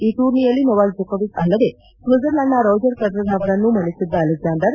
ಈ ಟೂರ್ನಿಯಲ್ಲಿ ನೊವಾಕ್ ಜೊಕೊವಿಚ್ ಅಲ್ಲದೆ ಶ್ವಿಜರ್ಲ್ಕಾಂಡ್ನ ರೋಜರ್ ಫೆಡರರ್ ಅವರನ್ನೂ ಮಣಿಸಿದ್ದ ಅಲೆಕ್ಸಾಂಡರ್